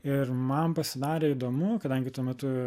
ir man pasidarė įdomu kadangi tuo metu